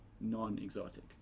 non-exotic